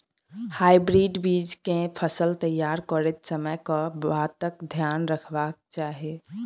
Hybrid बीज केँ फसल तैयार करैत समय कऽ बातक ध्यान रखबाक चाहि?